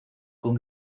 con